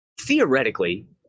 theoretically